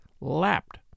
lapped